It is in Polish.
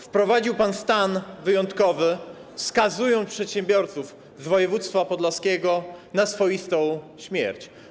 Wprowadził pan stan wyjątkowy, skazując przedsiębiorców z województwa podlaskiego na swoistą śmierć.